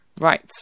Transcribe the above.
Right